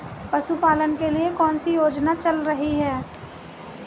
पशुपालन के लिए कौन सी योजना चल रही है?